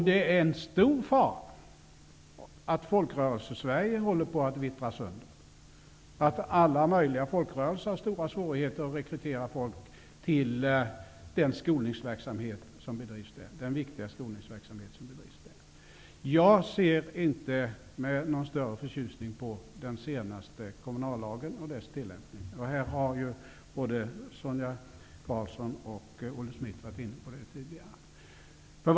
Det är en stor fara att Folkrörelsesverige håller på att vittra sönder, att alla möjliga folkrörelser har stora svårigheter att rekrytera folk till den viktiga skolningsverksamhet som där bedrivs. Jag ser inte med någon större förtjusning den senaste kommunallagen och dess tillämpning. Både Sonia Karlsson och Olle Schmidt har här tidigare varit inne på den saken.